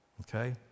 okay